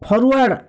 forward